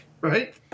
right